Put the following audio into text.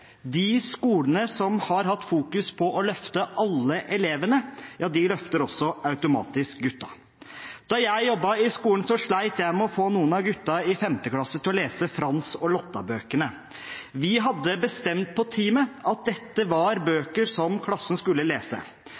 De skolene som har fokusert på å løfte alle elevene, løfter også automatisk guttene. Da jeg jobbet i skolen, slet jeg med å få noen av guttene i 5. klasse til å lese Frans-bøkene og Lotta-bøkene. Vi hadde bestemt på teamet at dette var bøker som klassen skulle lese.